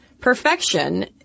perfection